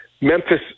Memphis